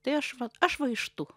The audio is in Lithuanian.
tai aš va aš va iš tų